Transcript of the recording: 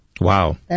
Wow